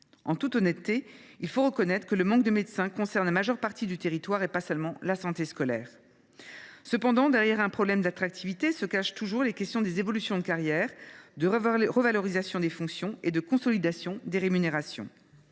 En toute honnêteté, il faut reconnaître que le manque de médecins concerne la majeure partie du territoire, et pas seulement la santé scolaire. Cependant, derrière un problème d’attractivité se cachent toujours les questions des évolutions de carrière, de revalorisation des fonctions et de consolidation des rémunérations.